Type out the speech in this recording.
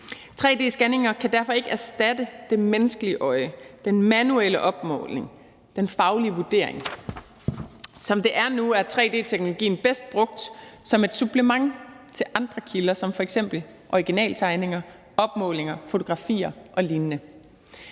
Tre-d-scanninger kan derfor ikke erstatte det er menneskelige øje, den manuelle opmåling, den faglige vurdering. Som det er nu, er tre-d-teknologien bedst brugt som et supplement til andre kilder som f.eks. originaltegninger, opmålinger, fotografier og lignende.